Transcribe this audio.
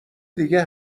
دیگه